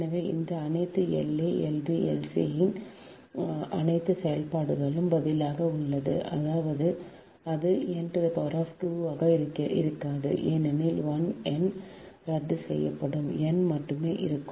எனவே இந்த அனைத்து La Lb Lc n இன் அனைத்து செயல்பாடுகளுக்கும் பதிலாக உள்ளது அதாவது அது n2 ஆக இருக்காது ஏனெனில் 1 n ரத்து செய்யப்படும் n மட்டுமே இருக்கும்